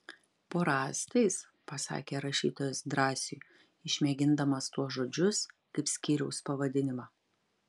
po rąstais pasakė rašytojas drąsiui išmėgindamas tuos žodžius kaip skyriaus pavadinimą